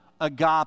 agape